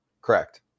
Correct